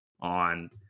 on